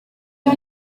tel